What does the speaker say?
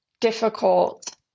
difficult